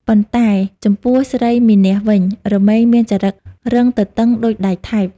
ប៉ុន្តែចំពោះស្រីមានះវិញ រមែងមានចរិតរឹងទទឹងដូចដែកថែប។